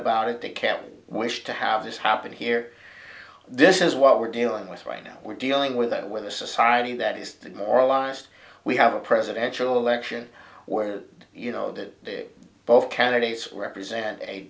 about it they can't wish to have this happen here this is what we're dealing with right now we're dealing with that with a society that is moralised we have a presidential election where you know that both candidates represent a